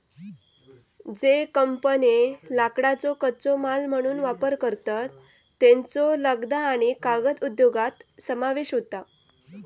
ज्ये कंपन्ये लाकडाचो कच्चो माल म्हणून वापर करतत, त्येंचो लगदा आणि कागद उद्योगात समावेश होता